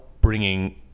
bringing